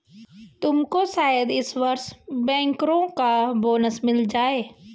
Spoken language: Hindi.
तुमको शायद इस वर्ष बैंकरों का बोनस मिल जाए